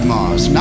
Mars